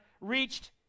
reached